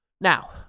Now